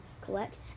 Colette